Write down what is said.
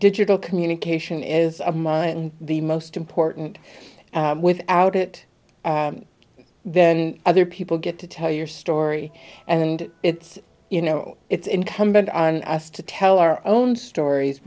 digital communication is a mind the most important without it then other people get to tell your story and it's you know it's incumbent on us to tell our own stories